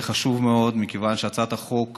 זה חשוב מאוד, מכיוון שהצעת החוק